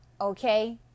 okay